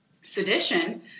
sedition